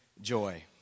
joy